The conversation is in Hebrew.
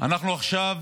אנחנו עכשיו